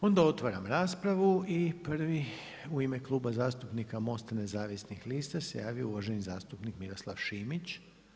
Onda otvaram raspravu i prvi u ime Kluba zastupnika MOST-a nezavisnih lista se javio uvaženi zastupnik Miroslav Šimić.